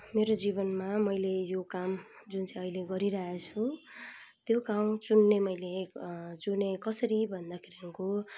मेरो जीवनमा मैले यो काम जुन चाहिँ अहिले गरिरहेछु त्यो काम चुन्ने मैले चुनेँ कसरी भन्दाखेरि